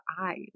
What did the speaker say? eyes